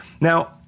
Now